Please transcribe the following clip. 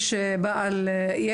בוקר טוב לכולם,